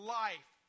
life